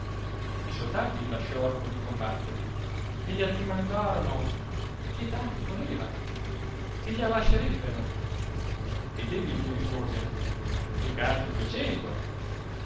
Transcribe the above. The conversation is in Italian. i soldati lasciorono di combattere e gli addimandarono che dargli voleva che glie la lascerebbeno ed egli gli rispose ducati ducento